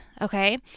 okay